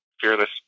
fearless